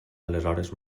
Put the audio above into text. aleshores